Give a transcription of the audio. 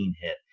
hit